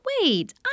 wait